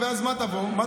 ואז מה תגיד?